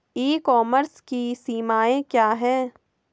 ई commerce की सीमाएं क्या हैं?